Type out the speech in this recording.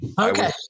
Okay